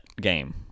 game